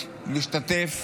כול, משתתף